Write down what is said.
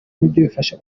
bifasha